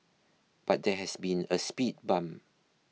but there has been a speed bump